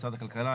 משרד הכלכלה,